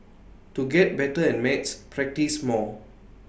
to get better at maths practise more